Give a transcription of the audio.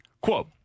Quote